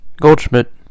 Goldschmidt